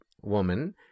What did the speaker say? woman